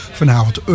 vanavond